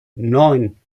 neun